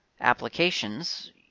applications